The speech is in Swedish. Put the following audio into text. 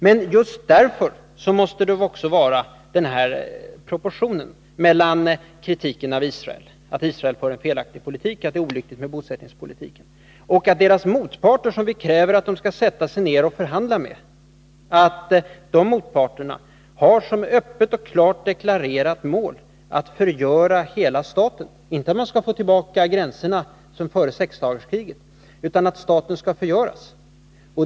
Men just därför måste det också vara den här proportionen i kritiken av Israel och av PLO. Vi måste kritisera Israels regering för att den för en felaktig politik och en olycklig bosättningspolitik, och vi måste kritisera Israels motparter, som Sverige kräver att Israel skall förhandla med, för att de har som öppet och klart deklarerat mål att förgöra hela staten. De vill alltså inte få tillbaka gränserna före sexdagarskriget, utan de vill att staten Israel skall förgöras.